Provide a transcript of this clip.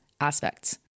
aspects